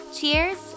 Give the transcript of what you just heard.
Cheers